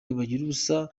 bagiruwubusa